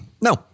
No